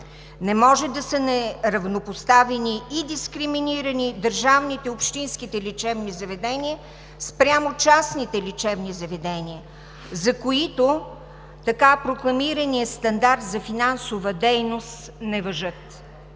Не може да са неравнопоставени и дискриминирани държавните и общинските лечебни заведения спрямо частните лечебни заведения, за които така прокламираният стандарт за финансова дейност не важи.